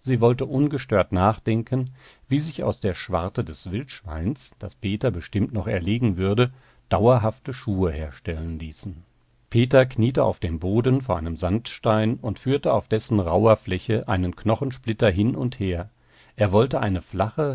sie wollte ungestört nachdenken wie sich aus der schwarte des wildschweins das peter bestimmt noch erlegen würde dauerhafte schuhe herstellen ließen peter kniete auf dem boden vor einem sandstein und führte auf dessen rauher fläche einen knochensplitter hin und her er wollte eine flache